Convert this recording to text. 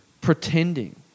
pretending